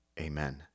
Amen